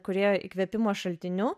kūrėjo įkvėpimo šaltiniu